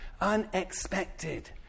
unexpected